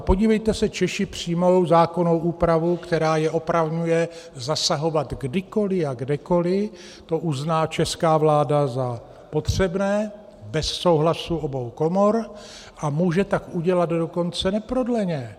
Podívejte se, Češi přijmou zákonnou úpravu, která je opravňuje zasahovat, kdykoliv a kdekoliv to uzná česká vláda za potřebné, bez souhlasu obou komor, a může tak udělat dokonce neprodleně.